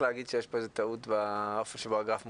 להגיד שיש פה טעות באופן שבו הגרף מוצג,